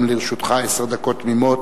גם לרשותך עשר דקות תמימות.